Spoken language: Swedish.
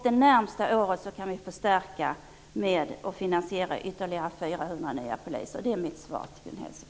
De närmaste åren kan vi finansiera en förstärkning med 400 nya poliser. Det är mitt svar till Gun Hellsvik.